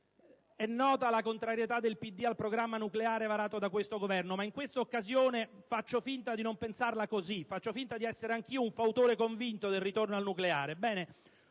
È nota la contrarietà del PD al programma nucleare varato da questo Governo, ma in questa occasione faccio finta di non pensarla così e di essere anche io un fautore convinto del ritorno al nucleare.